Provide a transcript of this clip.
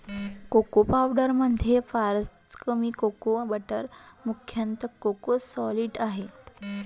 cocoa पावडरमध्ये फारच कमी कोको बटर मुख्यतः कोको सॉलिड आहे